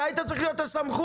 אתה היית צריך להיות הסמכות.